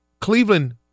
Cleveland